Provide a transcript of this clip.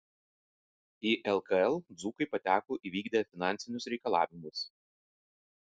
į lkl dzūkai pateko įvykdę finansinius reikalavimus